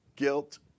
guilt